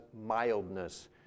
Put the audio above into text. mildness